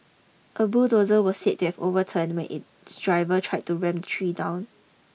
a bulldozer were said to have overturned when its driver tried to ram tree down